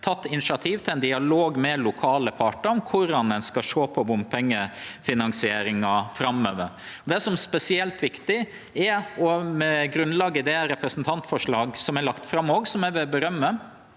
teke initiativ til ein dialog med lokale partar om korleis ein skal sjå på bompengefinansieringa framover. Det som er spesielt viktig, er at vi med grunnlag i det representantforslaget som er lagt fram – som eg vil skryte